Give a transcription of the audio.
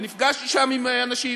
ונפגשתי שם עם אנשים,